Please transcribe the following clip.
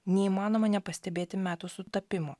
neįmanoma nepastebėti metų sutapimo